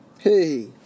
Hey